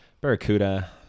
Barracuda